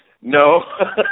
No